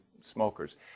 smokers